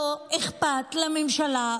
לא אכפת לממשלה,